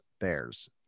bears